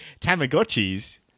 Tamagotchis